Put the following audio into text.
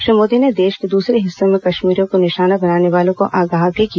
श्री मोदी ने देश के दूसरे हिस्सों में कश्मीरियों को निशाना बनाने वालों को आगाह भी किया